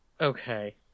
Okay